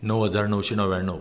णव हजार णवशें णव्याण्णव